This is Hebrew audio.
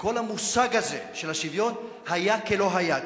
וכל המושג הזה של השוויון היה כלא היה,